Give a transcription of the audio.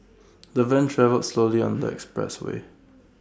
the van travelled slowly on the express way